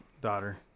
daughter